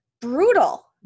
brutal